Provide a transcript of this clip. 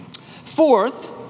Fourth